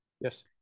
yes